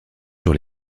sur